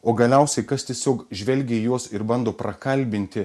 o galiausiai kas tiesiog žvelgė į juos ir bando prakalbinti